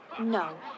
no